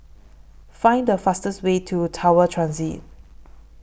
Find The fastest Way to Tower Transit